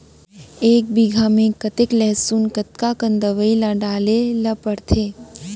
एक बीघा में कतेक लहसुन कतका कन दवई ल डाले ल पड़थे?